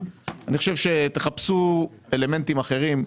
אני חושב שאתם צריכים לחפש אלמנטים אחרים,